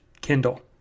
Kindle